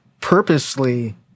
purposely